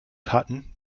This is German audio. hatten